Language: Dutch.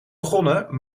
begonnen